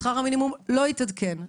שכר המינימום לא התעדכן.